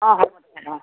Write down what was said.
অঁ হ'ব তেনে অঁ